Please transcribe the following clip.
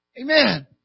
Amen